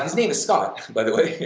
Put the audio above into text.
his name is scott, by the way.